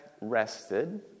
rested